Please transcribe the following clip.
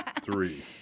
three